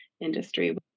industry